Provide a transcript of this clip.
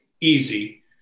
easy